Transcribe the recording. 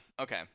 okay